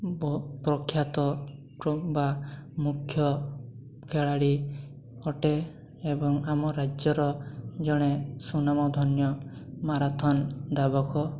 ପ୍ରଖ୍ୟାତ ବା ମୁଖ୍ୟ ଖେଳାଳି ଅଟେ ଏବଂ ଆମ ରାଜ୍ୟର ଜଣେ ସୁନାମଧନ୍ୟ ମାରଥାନ୍ ଧାବକ